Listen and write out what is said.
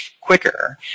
quicker